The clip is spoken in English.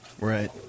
Right